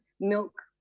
milk